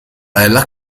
della